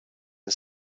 and